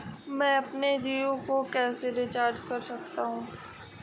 मैं अपने जियो को कैसे रिचार्ज कर सकता हूँ?